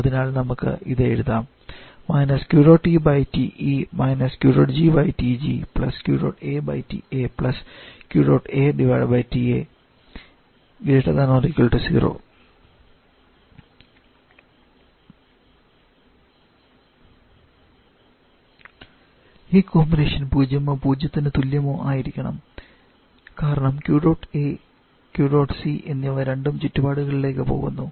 അതിനാൽ നമുക്ക് ഇത് എഴുതാം ഈ കോമ്പിനേഷൻ പൂജ്യമോ പൂജ്യത്തിന് തുല്യമോ ആയിരിക്കണം കാരണം Q dot A Q dot C എന്നിവ രണ്ടും ചുറ്റുപാടുകളിലേക്ക് പോകുന്നു